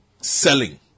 selling